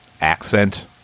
accent